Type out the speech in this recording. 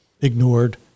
ignored